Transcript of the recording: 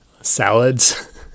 Salads